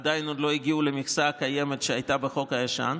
עדיין לא הגיעו למכסה הקיימת שהייתה בחוק הישן.